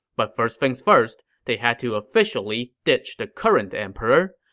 but first things first, they had to officially ditch the current emperor.